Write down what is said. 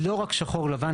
זה לא רק שחור לבן.